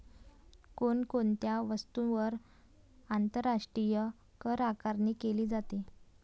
कोण कोणत्या वस्तूंवर आंतरराष्ट्रीय करआकारणी केली जाते?